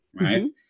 right